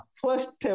first